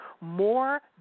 more